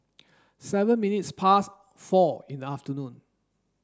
seven minutes past four in the afternoon